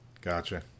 Gotcha